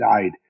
died